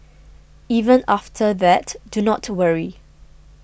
even after that do not worry